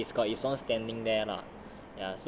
是 ya he's got it's long standing there lah